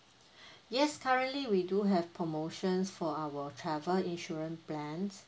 yes currently we do have promotions for our travel insurance plans